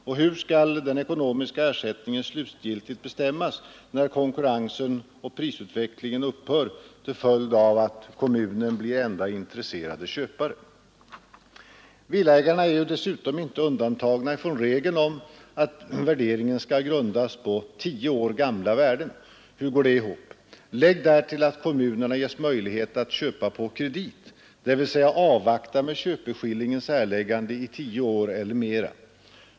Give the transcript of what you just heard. Och hur skall den ekonomiska ersättningen slutgiltigt bestämmas när konkurrensen och prisutvecklingen upphör till följd av att kommunerna blir enda intresserade köpare? Villaägarna är ju dessutom inte undantagna ifrån regeln att värderingen skall grundas på tio år gamla värden. Hur går detta ihop? Lägg därtill att kommunerna ges möjlighet att köpa på kredit, dvs. avvakta med köpeskillingens erläggande i tio år eller mera.